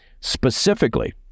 specifically